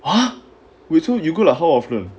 a where you go lah how often